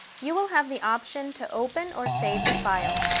you will have the option to open or save the file.